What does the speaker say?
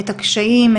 את הקשיים,